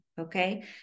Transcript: Okay